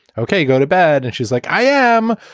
okay, go to bed. and she's like, i am.